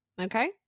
Okay